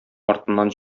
артыннан